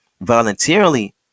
voluntarily